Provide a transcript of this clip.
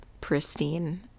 pristine